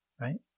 Right